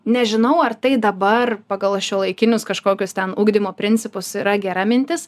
nežinau ar tai dabar pagal šiuolaikinius kažkokius ten ugdymo principus yra gera mintis